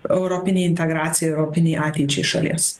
europinei integracijai ir europinei ateičiai šalies